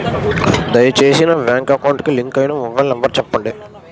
దయచేసి నా bank account కి లింక్ అయినా మొబైల్ నంబర్ చెప్పండి